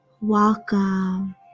welcome